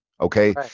okay